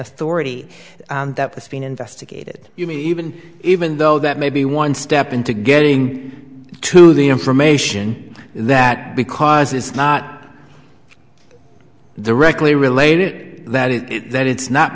authority that this being investigated you may even even though that may be one step into getting to the information that because it's not the regular related that is that it's not